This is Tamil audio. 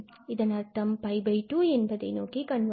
இதன் அர்த்தம் 𝜋2 என்பதை நோக்கி கன்வர்ஜ் ஆகும்